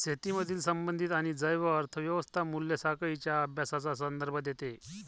शेतीमधील संबंधित आणि जैव अर्थ व्यवस्था मूल्य साखळींच्या अभ्यासाचा संदर्भ देते